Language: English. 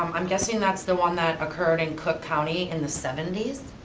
i'm guessing that's the one that occurred in cook county in the seventy s.